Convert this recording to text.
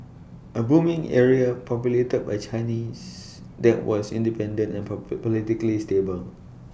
A booming area populated by Chinese that was independent and proper politically stable